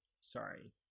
Sorry